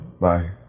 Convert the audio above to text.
Bye